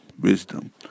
wisdom